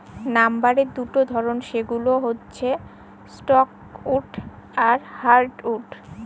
লাম্বারের দুটা ধরন, সেগুলো হচ্ছে সফ্টউড আর হার্ডউড